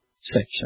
section